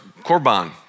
Corban